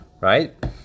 right